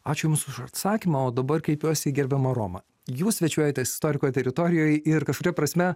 ačiū jums už atsakymą o dabar kreipiuos į gerbiamą romą jūs svečiuojatės istoriko teritorijoj ir kažkuria prasme